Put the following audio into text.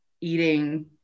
eating